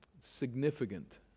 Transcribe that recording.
Significant